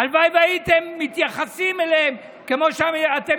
הלוואי שהייתם מתייחסים אליהם כמו שאתם